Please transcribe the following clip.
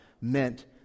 meant